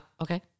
okay